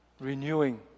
renewing